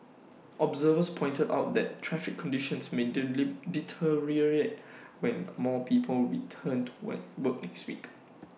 observers pointed out that traffic conditions may deteriorate when more people return to work work next week